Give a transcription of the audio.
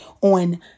on